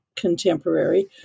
Contemporary